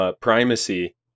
Primacy